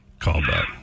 Callback